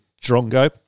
drongo